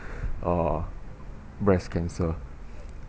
uh breast cancer